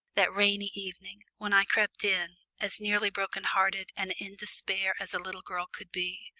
that rainy evening when i crept in, as nearly broken-hearted and in despair as a little girl could be.